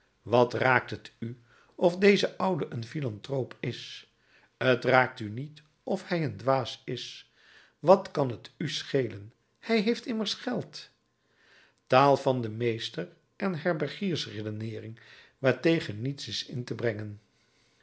wat raakt het u of deze oude een philanthroop is t raakt u niet of hij een dwaas is wat kan t u schelen hij heeft immers geld taal van den meester en herbergiers redeneering waartegen niets is in te brengen